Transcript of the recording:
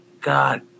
God